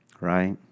right